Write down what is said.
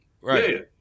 Right